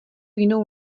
jinou